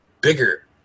bigger